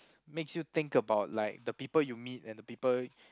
makes you think about like the people you meet and the people